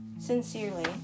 Sincerely